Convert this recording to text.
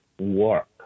work